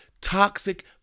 toxic